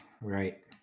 Right